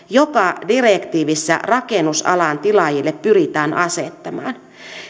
joka direktiivissä rakennusalan tilaajille pyritään asettamaan